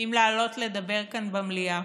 אם לעלות לדבר כאן במליאה,